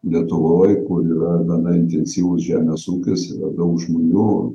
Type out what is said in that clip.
lietuvoj kur yra gana intensyvus žemės ūkis yra daug žmonių